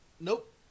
Nope